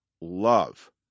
Love